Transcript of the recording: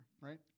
right